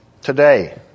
today